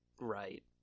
right